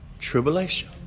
tribulation